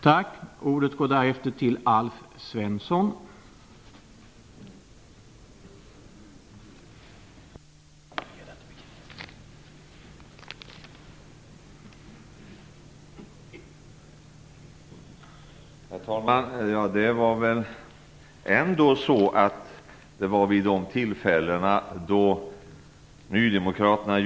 Tack skall ni ha.